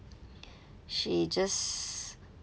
she just